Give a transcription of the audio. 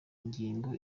ingingo